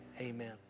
amen